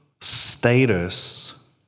status